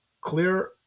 clear